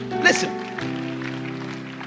listen